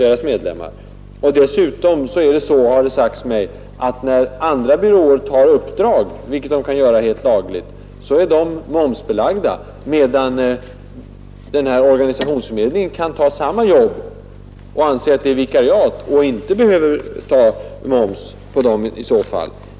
För det andra är det så, har det sagts mig, att när de byråer som inte tillhör den nämnda organisationen tar uppdrag — vilket de kan göra helt lagligt — blir dessa momsbelagda, medan organisationsförmedlingen kan ta samma jobb och anse att det är vikariat, varför moms inte behöver tas ut.